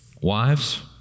wives